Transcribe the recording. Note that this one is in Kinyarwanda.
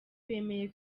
bemeye